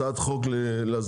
הצעת חוק להסדרת